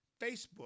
Facebook